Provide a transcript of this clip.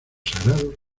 sagrados